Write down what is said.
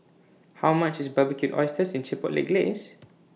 How much IS Barbecued Oysters in Chipotle Glaze